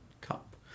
Cup